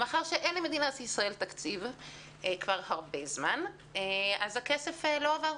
ומאחר ואין למדינת ישראל תקציב כבר זמן רב אז הכסף לא עבר,